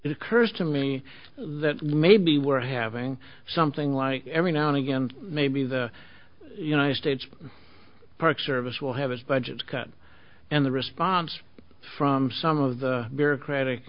occurs to me that maybe we're having something like every now and again maybe the united states park service will have its budget cut and the response from some of the bureaucratic